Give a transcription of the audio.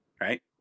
right